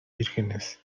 vírgenes